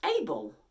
able